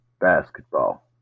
basketball